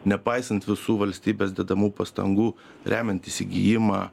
nepaisant visų valstybės dedamų pastangų remiant įsigijimą